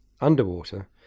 underwater